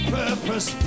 purpose